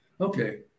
Okay